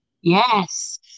Yes